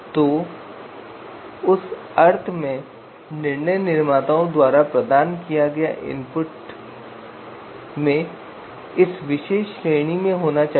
तो उस अर्थ में निर्णय निर्माताओं द्वारा प्रदान किया गया इनपुट वास्तव में इस विशेष श्रेणी में होना चाहिए